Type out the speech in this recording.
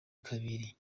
kabiri